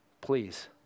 Please